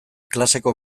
klaseko